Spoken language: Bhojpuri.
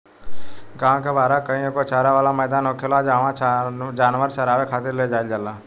गांव के बाहरा कही एगो चारा वाला मैदान होखेला जाहवा जानवर के चारावे खातिर ले जाईल जाला